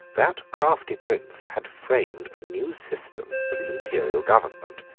that crafty prince had framed a new system of imperial government,